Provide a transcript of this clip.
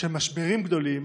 של משברים גדולים